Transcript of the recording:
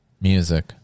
Music